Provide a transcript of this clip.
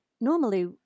Normally